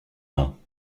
mains